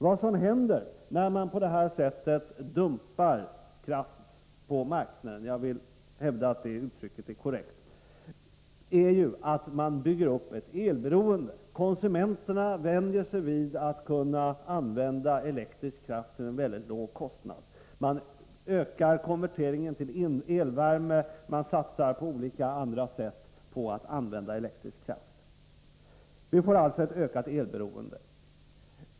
Vad som händer när man på detta sätt dumpar kraft på marknaden — jag hävdar att det uttrycket är korrekt — är att man bygger upp ett elberoende. Konsumenterna vänjer sig vid att kunna använda elektrisk kraft till en mycket låg kostnad. Man ökar konverteringen till elvärme. Man satsar på olika andra sätt på att använda elektrisk kraft. Vi får alltså ett ökat elberoende.